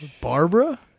Barbara